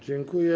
Dziękuję.